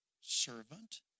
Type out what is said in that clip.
servant